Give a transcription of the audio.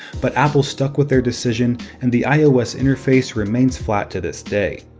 but apple stuck with their decision, and the ios interface remains flat to this day.